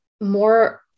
more